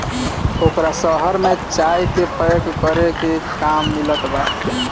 ओकरा शहर में चाय के पैक करे के काम मिलत बा